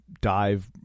dive